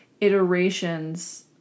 iterations